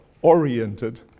oriented